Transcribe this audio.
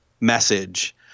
message